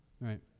Right